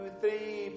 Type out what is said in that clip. three